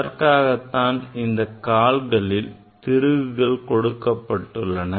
அதற்காகத்தான் இந்த கால் திருகுகள் கொடுக்கப்பட்டுள்ளன